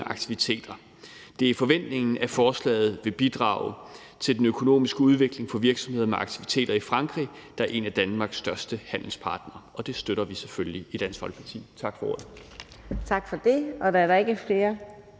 aktiviteter. Det er forventningen, at forslaget vil bidrage til den økonomiske udvikling for virksomheder med aktiviteter i Frankrig, der er en af Danmarks største handelspartnere, og det støtter vi selvfølgelig i Dansk Folkeparti. Tak for ordet. Kl. 17:45 Fjerde næstformand